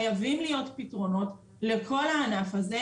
חייבים להיות פתרונות לכל הענף הזה,